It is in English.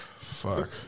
Fuck